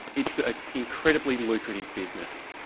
it's an incredibly lucrative business.